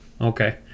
okay